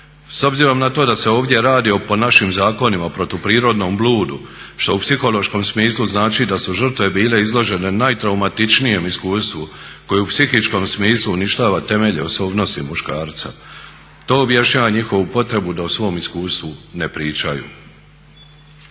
S obzirom na to da se ovdje radi o po našim zakonima protuprirodnom bludu što u psihološkom smislu znači da su žrtve bile izložene najtraumatičnijem iskustvu koje u psihičkom smislu uništava temelje osobnosti muškarca to objašnjava njihovu potrebu da o svomu iskustvu ne pričaju.